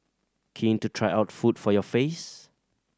keen to try out food for your face